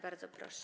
Bardzo proszę.